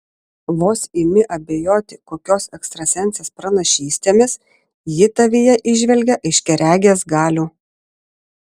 vos imi abejoti kokios ekstrasensės pranašystėmis ji tavyje įžvelgia aiškiaregės galių